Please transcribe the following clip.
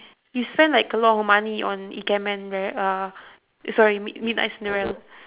you spend like a lot of money on ikemen right uh sorry mid~ midnight-cinderella